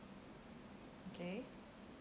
okay